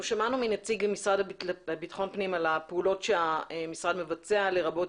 אנחנו שמענו מנציג המשרד לביטחון פנים על הפעולות שהמשרד מבצע לרבות